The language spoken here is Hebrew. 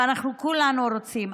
ואנחנו כולנו רוצים.